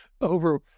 over